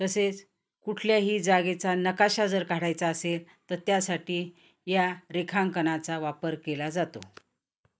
तसेच कुठल्याही जागेचा नकाशा जर काढायचा असेल तर त्यासाठी या रेखांकनाचा वापर केला जातो